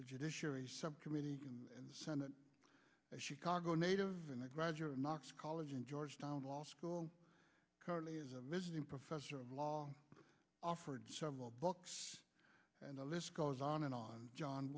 the judiciary subcommittee in the senate chicago natives and i graduated knox college in georgetown law school currently is a visiting professor of law offered several books and the list goes on and on john